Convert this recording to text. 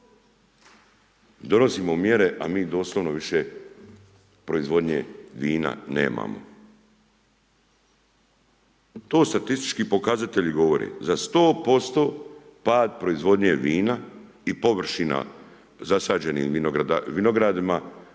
Donosimo mjere, a mi doslovno više proizvodnje vina nemamo. To statistički pokazatelji govore, za 100% pad proizvodnje vina i površina zasađenim vinogradima